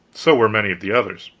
so were many of the others.